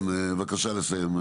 לא יעזור כלום, כן, בבקשה לסיים,